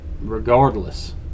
Regardless